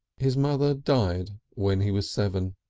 his mother died when he was seven.